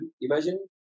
imagine